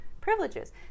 privileges